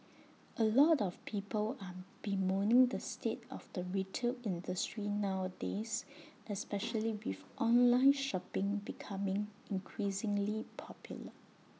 A lot of people are bemoaning the state of the retail industry nowadays especially with online shopping becoming increasingly popular